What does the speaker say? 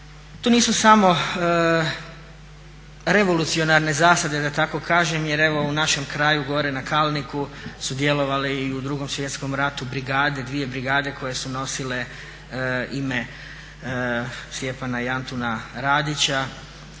to nisu samo revolucionarne zasade da tako kažem jer u našem kraju gore na Kalniku su djelovali i u Drugom svjetskom ratu dvije brigade koje su nosile ime Stjepana i Antuna Radića,